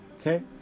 Okay